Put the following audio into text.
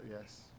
Yes